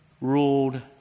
ruled